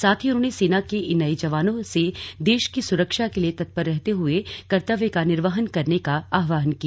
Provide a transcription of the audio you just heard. साथ ही उन्होंने सेना के इन नये जवानों से देश की सुरक्षा के लिए तत्पर रहते हुए कर्ततव्य का निर्वहन करने का आह्वान किया